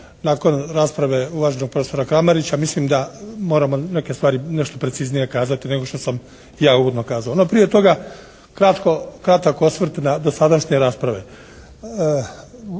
nakon rasprave uvaženog profesora Kramarića. Mislim da moramo neke stvari, nešto preciznije kazati nego što sam ja uvodno kazao. No, prije toga kratak osvrt na dosadašnje rasprave.